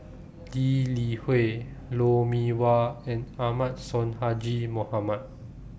Lee Li Hui Lou Mee Wah and Ahmad Sonhadji Mohamad